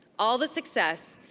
all the success,